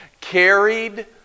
carried